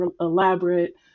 elaborate